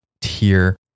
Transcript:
tier